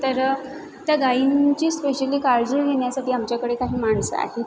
तर त्या गाईंची स्पेशली काळजी घेण्यासाठी आमच्याकडे काही माणसं आहे